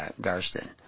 Garston